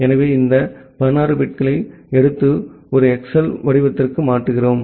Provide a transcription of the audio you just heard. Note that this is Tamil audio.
எனவே இந்த 16 பிட்களை எடுத்து ஒரு ஹெக்ஸ் வடிவத்திற்கு மாற்றுகிறோம்